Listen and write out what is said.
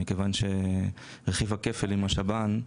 מכיוון שרכיב הכפל עם השב"ן,